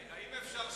האם אפשר,